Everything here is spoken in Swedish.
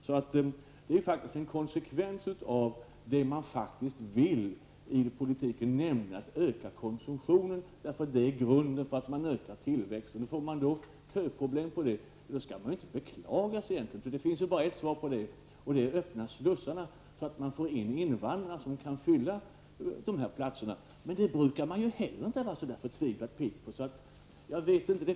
Det är faktiskt en konsekvens av det som man vill ha i politiken nämligen ökad konsumtion därför att det är grunden för att man ökar tillväxten. Får man då köproblem skall man inte beklaga sig egentligen. Det finns bara ett svar på detta och det är öppna slussarna så att man får in invandrarna som kan fylla dessa platser. Men det brukar man ju inte heller vara så förtvivlat pigg på.